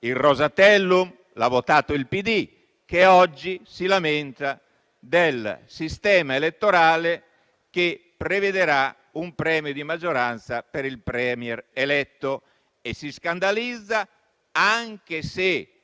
Il Rosatellum l'ha votato il PD, che oggi si lamenta del sistema elettorale che prevedrà un premio di maggioranza per il *Premier* eletto e si scandalizza, anche se